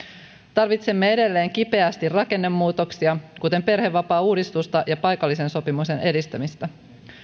tarvitsemme edelleen kipeästi rakennemuutoksia kuten perhevapaauudistusta ja paikallisen sopimisen edistämistä